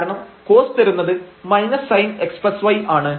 കാരണം cos തരുന്നത് sinxy ആണ്